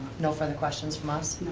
no further questions from us?